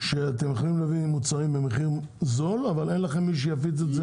שאתם יכולים להביא מוצרים במחיר זול רק אין מי שיפיץ?